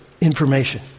information